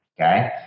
okay